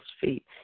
feet